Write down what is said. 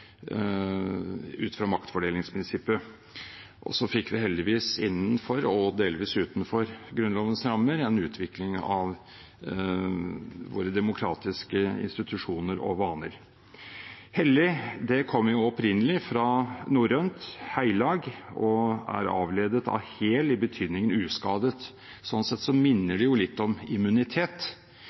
ut fra maktfordelingsprinsippet. Så fikk vi heldigvis innenfor – og delvis utenfor – Grunnlovens rammer en utvikling av våre demokratiske institusjoner og vaner. «Hellig» kommer opprinnelig fra norrønt «heilag» og er avledet av «hel», i betydningen «uskadet». Slik sett minner det jo litt om